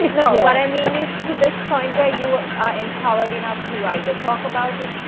no, what i mean is to this point where you are empowered enough to either talk about it,